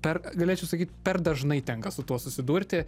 per galėčiau sakyt per dažnai tenka su tuo susidurti